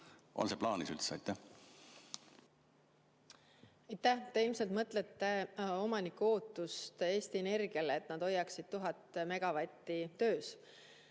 On see teil plaanis üldse? Aitäh! Te ilmselt mõtlete omaniku ootust Eesti Energiale, et nad hoiaksid 1000 megavatti töös.